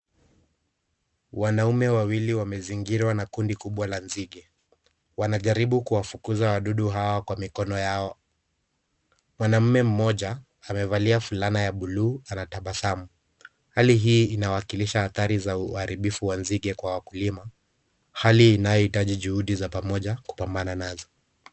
Wanaume wawili wamezingirwa na kundi kubwa la nzige. Wanajaribu kuwafukuza wadudu hawa kwa mikono yao. Mwanamme mmoja amevalia fulana ya buluu, anatabasamu. Hali hii inawakilisha adhari ya uharibifu wa nzige kwa wakulima, hali ambayo inahitaji juhudi za pamoja kupambana nazo.